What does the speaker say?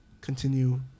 continue